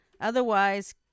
otherwise